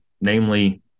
namely